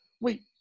Wait